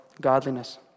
godliness